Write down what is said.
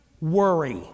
worry